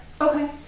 Okay